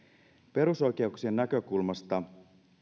perusoikeuksien näkökulmasta